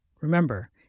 Remember